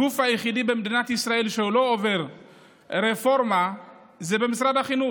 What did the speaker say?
הגוף היחידי במדינת ישראל שלא עובר רפורמה זה משרד החינוך.